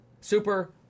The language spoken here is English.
Super